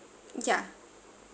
yeah